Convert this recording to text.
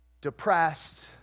depressed